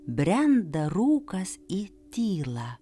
brenda rūkas į tylą